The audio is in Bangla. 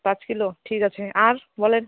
পাঁচ কিলো ঠিক আছে আর বলেন